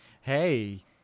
hey